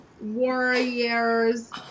warriors